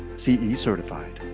ce certified.